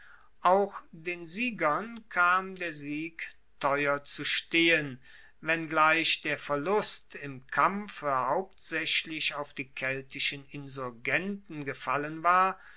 auch den siegern kam der sieg teuer zu stehen wenngleich der verlust im kampfe hauptsaechlich auf die keltischen insurgenten gefallen war